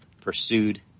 pursued